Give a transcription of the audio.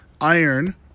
iron